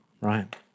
right